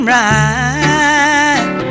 right